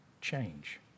change